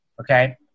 okay